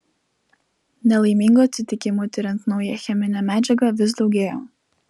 nelaimingų atsitikimų tiriant naują cheminę medžiagą vis daugėjo